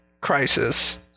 Crisis